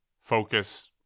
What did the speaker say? Focus